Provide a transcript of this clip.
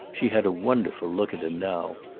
she had a wonderful look at him now.